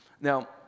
Now